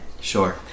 Sure